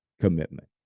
commitment